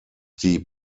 die